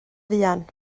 fuan